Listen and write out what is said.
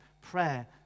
prayer